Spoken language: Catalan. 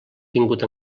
tingut